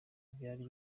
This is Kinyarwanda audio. byari